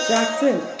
Jackson